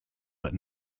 but